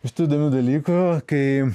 iš tų įdomių dalykų kai